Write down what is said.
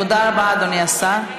תודה רבה, אדוני השר.